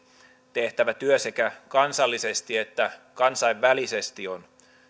tehtävä työ sekä kansallisesti että kansainvälisesti on